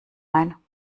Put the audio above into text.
ein